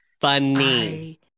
funny